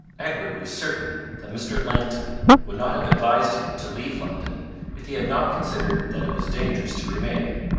edward was certain that mr. langton would not have advised him to leave london if he had not considered that it was dangerous to remain.